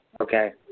Okay